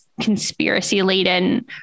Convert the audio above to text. conspiracy-laden